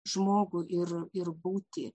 žmogų ir ir būtį